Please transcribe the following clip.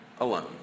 Alone